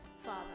Father